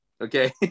Okay